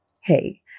hey